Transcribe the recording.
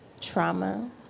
trauma